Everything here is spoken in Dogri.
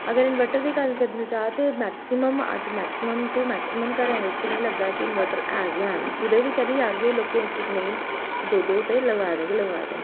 अगर इनवर्टर दी गल्ल करने ई करने जा ते मैक्सिमम अज्ज मैक्सिमम तू मैक्सिमम घरें बिच मिगी लगदा कि इनवर्टर ऐ बी है'न कुदै बी चली जाह्गे लोकें इक इक नेईं दौ दौ लगवाए दे गै लगवाए दे है'न